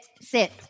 Sit